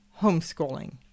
homeschooling